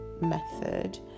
method